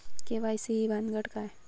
KYC ही भानगड काय?